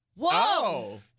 Whoa